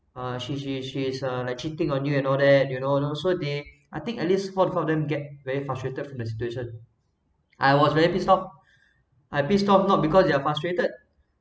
uh she she she's uh like cheating on you and all that you know also they I think at least four of them get very frustrated from the situation I was very pissed off I pissed off not because they are frustrated